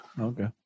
okay